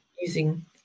using